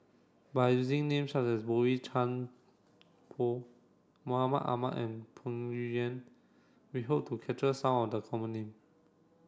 by using names such as Boey Chuan Poh Mahmud Ahmad and Peng Yuyun we hope to capture some of the common name